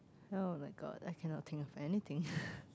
oh-my-God I cannot think of anything